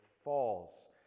falls